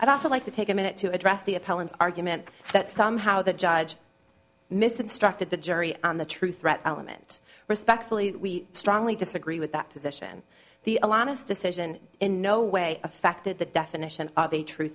i'd also like to take a minute to address the appellant's argument that somehow the judge missed instructed the jury on the true threat element respectfully we strongly disagree with that position the a lot of decision in no way affected the definition of a true